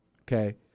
okay